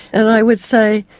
and i would say,